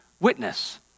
witness